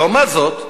לעומת זאת,